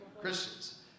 Christians